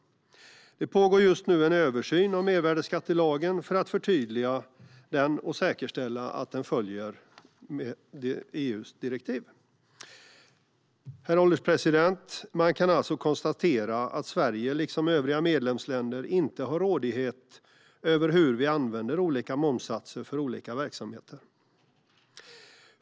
Det pågår just nu en översyn av mervärdesskattelagen för att förtydliga den och säkerställa att den följer EU:s direktiv. Herr ålderspresident! Man kan alltså konstatera att Sverige, liksom övriga medlemsländer, inte råder över hur vi använder olika momssatser för olika verksamheter.